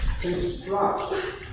construct